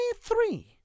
three